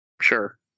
sure